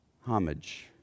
homage